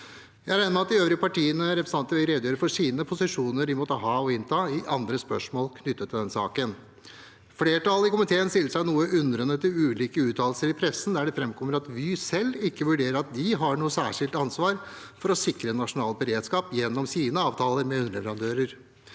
Jeg regner med at de øvrige partienes representanter vil redegjøre for de posisjoner de måtte ha og innta i andre spørsmål knyttet til denne saken. Flertallet i komiteen stiller seg noe undrende til ulike uttalelser i pressen, der det framkommer at Vy selv ikke vurderer at de har noe særskilt ansvar for å sikre nasjonal beredskap gjennom sine avtaler med underleverandører.